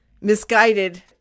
misguided